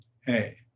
hey